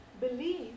believe